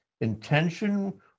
intention